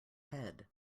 head